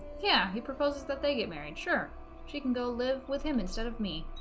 yeah he proposes that they get married sure she can go live with him instead of me